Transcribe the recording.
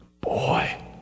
Boy